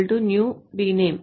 bname where bname old